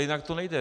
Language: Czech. Jinak to nejde.